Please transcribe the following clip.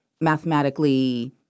mathematically